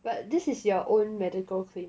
but this is your own medical claim